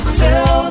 tell